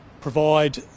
provide